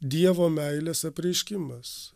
dievo meilės apreiškimas